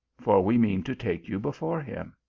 for we mean to take you before him.